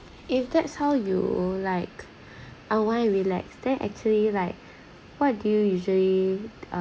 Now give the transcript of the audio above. if that's how you like unwind relax then actually like what do you usually uh